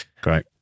Great